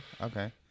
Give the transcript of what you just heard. okay